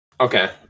Okay